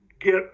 get